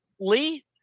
Lee